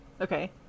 okay